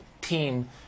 team